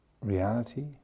reality